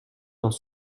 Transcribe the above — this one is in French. dans